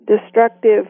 destructive